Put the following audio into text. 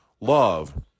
Love